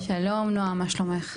שלום, נעם, מה שלומך?